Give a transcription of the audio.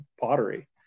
pottery